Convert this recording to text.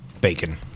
Bacon